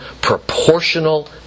proportional